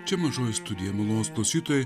čia mažoji studija malonūs klausytojai